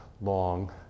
long